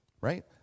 right